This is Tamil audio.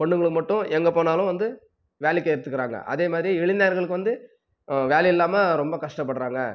பொண்ணுங்களுக்கு மட்டும் எங்கே போனாலும் வந்து வேலைக்கு எடுத்துக்கிறாங்க அதே மாதிரி இளைஞர்களுக்கு வந்து வேலை இல்லாமல் ரொம்ப கஷ்டப்படுறாங்க